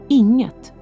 inget